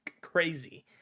crazy